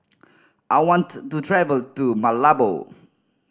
I want to travel to Malabo